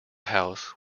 house